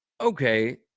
okay